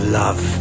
love